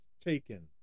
taken